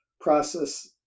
process